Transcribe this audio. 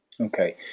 Okay